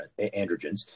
androgens